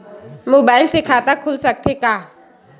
Mobile से खाता खुल सकथे का?